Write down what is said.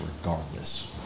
regardless